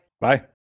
Bye